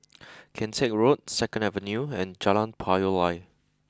Kian Teck Road Second Avenue and Jalan Payoh Lai